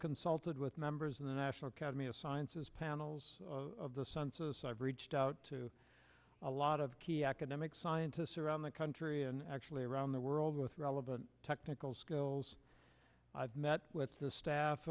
consulted with members of the national academy of sciences panels of the census i've reached out to a lot of key academics scientists around the country and actually around the world with relevant technical skills i've met with the staff